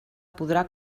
podrà